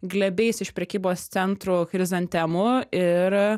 glėbiais iš prekybos centrų chrizantemų ir